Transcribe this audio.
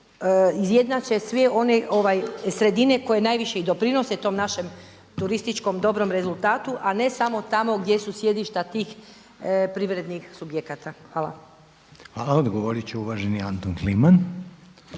izjednače sve one sredine koje najviše i doprinose tom našem turističkom dobrom rezultatu a ne samo tamo gdje su sjedišta tih privrednih subjekata. Hvala. **Reiner, Željko (HDZ)** Hvala. Odgovorit će uvaženi Anton Kliman.